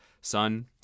Son